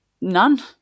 none